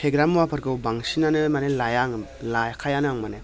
फेग्रा मुवाफोरखौ बांसिनानो माने लाया आङो लाखायानो आं माने